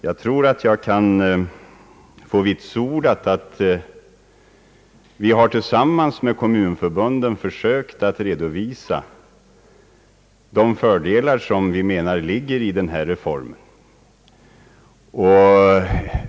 Jag tror jag kan få vitsordat att vi tillsammans med kommunförbunden försökt redovisa de fördelar vi anser reformen medför.